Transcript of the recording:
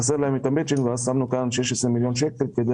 חסר להם המצ'ינג ואז שמנו כאן 16 מיליון שקלים כדי